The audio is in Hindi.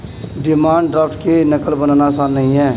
डिमांड ड्राफ्ट की नक़ल बनाना आसान नहीं है